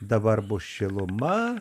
dabar bus šiluma